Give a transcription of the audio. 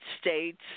States